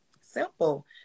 Simple